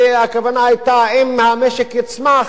והכוונה היתה: אם המשק יצמח,